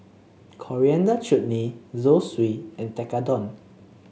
Coriander Chutney Zosui and Tekkadon